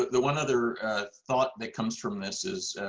the one other thought that comes from this is,